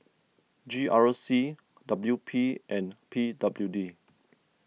G R C W P and P W D